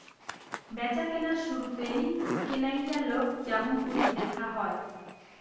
ব্যাচাকেনার শুরুতেই কেনাইয়ালাক য্যামুনকরি দ্যাখা হয়